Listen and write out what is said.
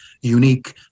Unique